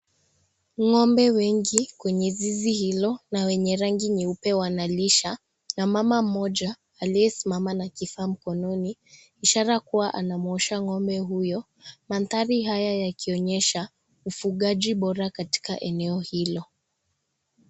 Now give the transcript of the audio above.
Ng'ombe wengi kwenye zizi hilo na wenye rangi nyeupe wanalisha na mama mmoja aliyesimama na kifaa mkononi ishara kuwa anamuosha ng'ombe huyo, maandhari haya yakionyesha ufugaji bora katika eneo hilo.